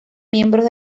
miembros